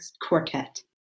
quartet